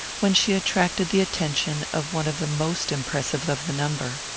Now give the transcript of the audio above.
when she attracted the attention of one of the most impressive of the number.